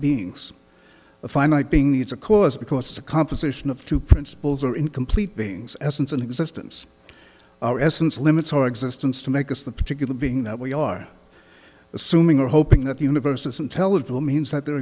beings a finite being needs a cause because of the composition of two principles are incomplete beings essence and existence our essence limits or existence to make us the particular being that we are assuming or hoping that the universe is intelligible means that the